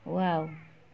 wow